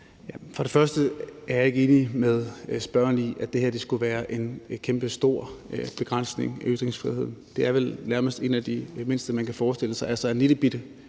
til det første er jeg ikke enig med spørgeren i, at det her skulle være en kæmpestor begrænsning af ytringsfriheden. Det er vel nærmest en af de mindste, man kan forestille sig, altså at en lillebitte